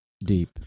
Deep